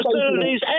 facilities